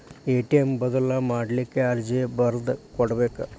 ATM ಬದಲ್ ಮಾಡ್ಲಿಕ್ಕೆ ಅರ್ಜಿ ಬರ್ದ್ ಕೊಡ್ಬೆಕ